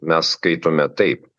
mes skaitome taip